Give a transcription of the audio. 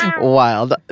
Wild